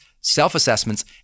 self-assessments